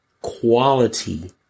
Quality